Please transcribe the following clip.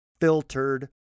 filtered